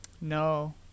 No